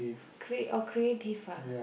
create or creative ah